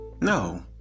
no